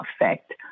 effect